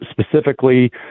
specifically